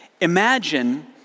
Imagine